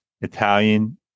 Italian